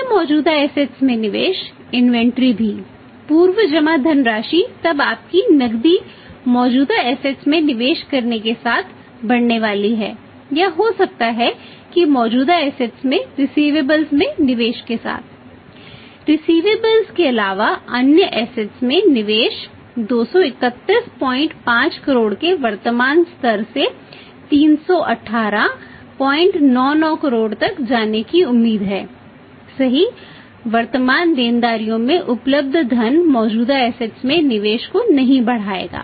अन्य मौजूदा असेट्स में निवेश को नहीं बढ़ाएगा